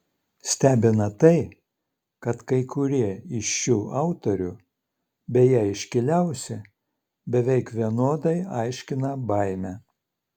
stebina tai kad kai kurie iš šių autorių beje iškiliausi beveik vienodai aiškina baimę